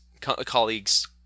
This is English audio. colleagues